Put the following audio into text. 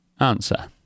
？Answer